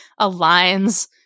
Aligns